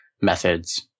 methods